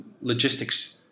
logistics